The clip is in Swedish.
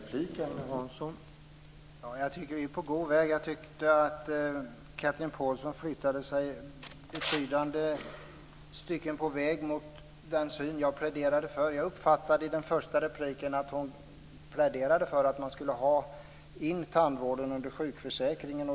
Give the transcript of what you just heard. Herr talman! Jag tycker att vi är på god väg. Jag tyckte att Chatrine Pålsson flyttade sig betydande stycken på väg mot den syn som jag pläderade för. Jag uppfattade det så att hon i den första repliken pläderade för att man skulle ha in tandvården under sjukförsäkringen.